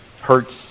hurts